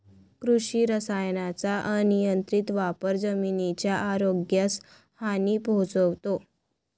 कृषी रसायनांचा अनियंत्रित वापर जमिनीच्या आरोग्यास हानी पोहोचवतो